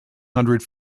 hundred